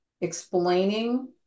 explaining